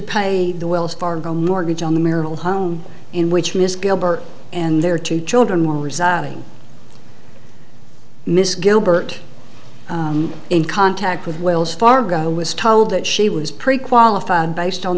pay the wells fargo mortgage on the marital home in which miss gilbert and their two children were residing miss gilbert in contact with wells fargo was told that she was prequalified based on